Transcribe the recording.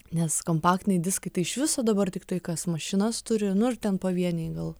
nes kompaktiniai diskai tai iš viso dabar tiktai kas mašinas turi nu ir ten pavieniai gal